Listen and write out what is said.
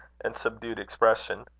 and subdued expression.